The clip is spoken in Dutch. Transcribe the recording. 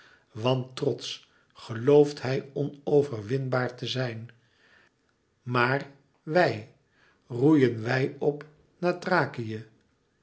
want trotsch gelooft hij onoverwinbaar te zijn maar wij roeien wij p